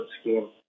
scheme